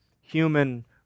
human